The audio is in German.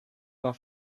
war